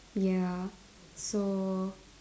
ya so